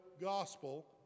gospel